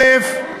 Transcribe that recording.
א.